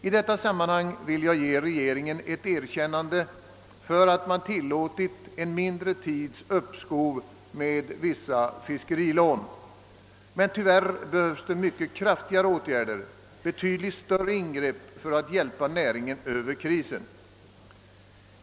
I detta sammanhang vill jag ge regeringen ett erkännande för att man tillåtit en kortare tids uppskov med vissa fiskerilån. Tyvärr behövs det mycket kraftigare åtgärder, betydligt större ingrepp för att hjälpa näringen över krisen.